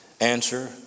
answer